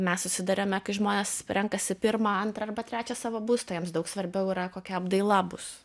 mes susiduriame kai žmonės renkasi pirmą antrą arba trečią savo būstą jiems daug svarbiau yra kokia apdaila bus